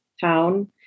town